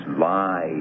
lies